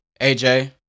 AJ